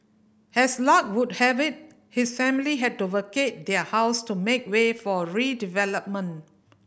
as luck would have it his family had to vacate their house to make way for redevelopment